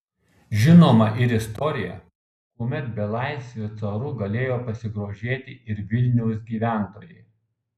žinoma ir istorija kuomet belaisviu caru galėjo pasigrožėti ir vilniaus gyventojai